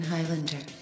Highlander